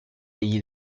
degli